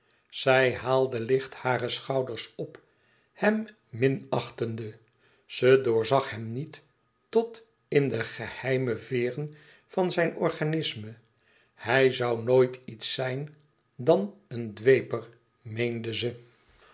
zij haalde licht hare schouders op hem minachtende ze doorzag hem niet tot in de geheime veeren van zijn organisme hij zoû nooit iets zijn dan een dweper meende ze